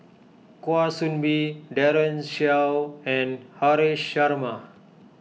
Kwa Soon Bee Daren Shiau and Haresh Sharma